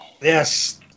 Yes